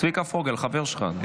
צביקה פוגל חבר שלך.